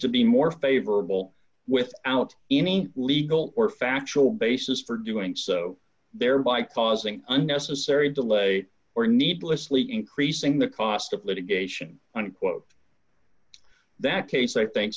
to be more favorable without any legal or factual basis for doing so thereby causing unnecessary delay or needlessly increasing the cost of litigation unquote that case i think